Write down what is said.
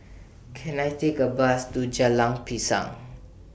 Can I Take A Bus to Jalan Pisang